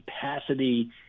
capacity